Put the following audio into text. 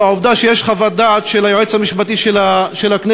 לעובדה שיש חוות דעת של היועץ המשפטי של הכנסת,